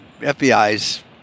fbi's